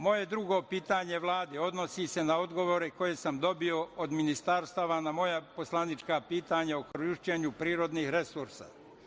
Moje drugo pitanje Vladi odnosi se na odgovore koje sam dobio od ministarstava na moja poslanička pitanja o korišćenju prirodnih resursa.